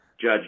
judge